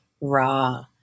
raw